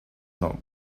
not